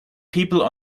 people